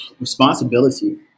Responsibility